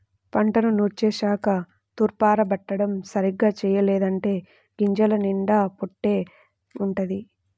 పంటను నూర్చేశాక తూర్పారబట్టడం సరిగ్గా చెయ్యలేదంటే గింజల నిండా పొట్టే వుంటది